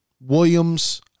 Williams